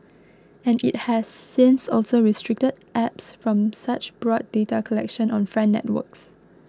and it has since also restricted apps from such broad data collection on friend networks